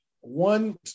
one